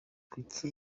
kuki